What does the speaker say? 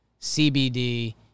CBD